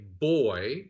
boy